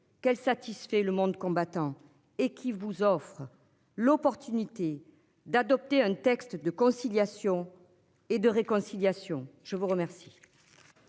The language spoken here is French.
qu'elle satisfait le monde combattant et qui vous offre l'opportunité d'adopter un texte de conciliation. Et de réconciliation. Je vous remercie.